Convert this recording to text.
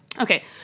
Okay